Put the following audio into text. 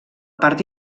part